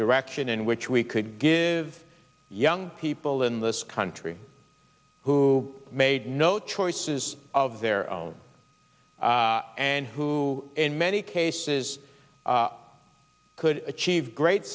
direction in which we could give young people in this country who made no choices of their own and who in many cases could achieve great